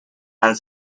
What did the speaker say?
and